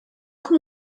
com